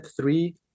three